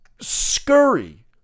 scurry